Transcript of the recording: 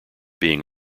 being